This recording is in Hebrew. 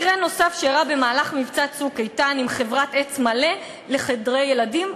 מקרה נוסף שאירע במהלך מבצע "צוק איתן" עם חברת "עצמל'ה" לחדרי ילדים,